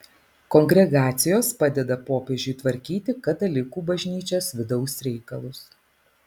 kongregacijos padeda popiežiui tvarkyti katalikų bažnyčios vidaus reikalus